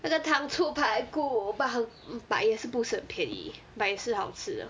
它的糖醋排骨 but 很 but 也是不是很便宜 but 也是好吃的